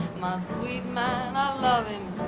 my sweet man i love him